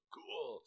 cool